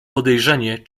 podejrzenie